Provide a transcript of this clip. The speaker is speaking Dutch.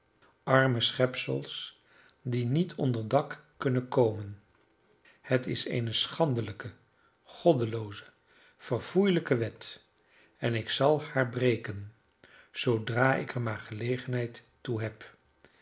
arme schepsels die niet onder dak kunnen komen het is eene schandelijke goddelooze verfoeielijke wet en ik zal haar breken zoodra ik er maar gelegenheid toe heb